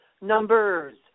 numbers